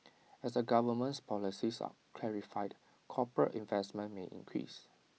as the government's policies are clarified corporate investment may increase